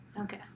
Okay